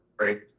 right